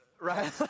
Right